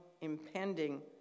impending